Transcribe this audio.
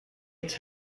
its